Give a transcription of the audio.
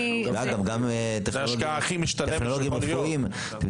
ואגב גם טכנולוגים רפואיים.